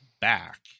back